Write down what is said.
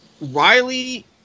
Riley